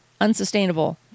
unsustainable